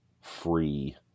free